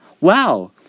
wow